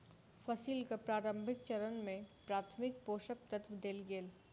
फसीलक प्रारंभिक चरण में प्राथमिक पोषक तत्व देल गेल